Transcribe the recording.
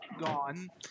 gone